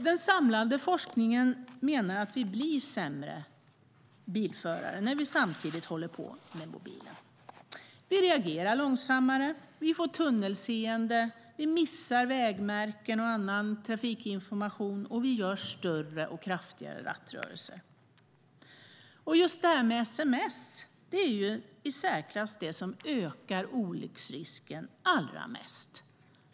Den samlade forskningen menar att vi blir sämre bilförare när vi samtidigt håller på med mobilen. Vi reagerar långsammare, får tunnelseende, missar vägmärken och annan trafikinformation och gör större och kraftigare rattrörelser. Att skriva och skicka sms är det som i särklass ökar olycksrisken allra mest.